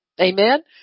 Amen